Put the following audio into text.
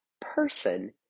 person